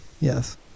Yes